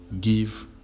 give